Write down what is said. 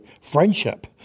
friendship